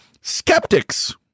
Skeptics